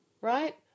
Right